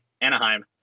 Anaheim